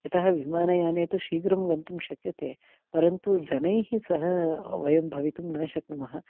यतः विमानयाने तु शीघ्रं गन्तुं शक्यते परन्तु जनैः सह वयं भवितुं न शक्नुमः